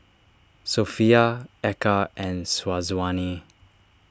Sofea Eka and Syazwani